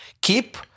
keep